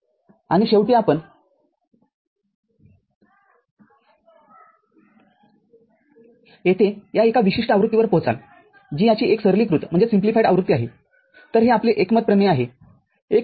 आणि शेवटी आपण येथे या एका विशिष्ट आवृत्तीवर पोहचाल जी याची एक सरलीकृत आवृत्ती आहे तरहे आपले एकमत प्रमेय आहे एक आवृत्ती